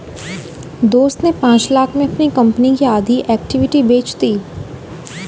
दोस्त ने पांच लाख़ में अपनी कंपनी की आधी इक्विटी बेंच दी